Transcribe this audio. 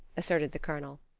asserted the colonel.